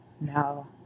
no